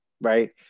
right